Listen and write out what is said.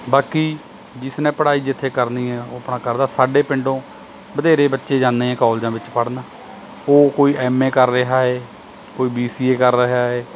ਬਾਕੀ ਜਿਸ ਨੇ ਪੜ੍ਹਾਈ ਜਿੱਥੇ ਕਰਨੀ ਹੈ ਉਹ ਆਪਣਾ ਕਰਦਾ ਸਾਡੇ ਪਿੰਡੋਂ ਵਧੇਰੇ ਬੱਚੇ ਜਾਂਦੇ ਆ ਕੋਲਜਾਂ ਵਿੱਚ ਪੜ੍ਹਨ ਉਹ ਕੋਈ ਐੱਮ ਏ ਕਰ ਰਿਹਾ ਏ ਕੋਈ ਬੀ ਸੀ ਏ ਕਰ ਰਿਹਾ ਏ